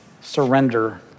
surrender